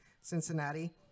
Cincinnati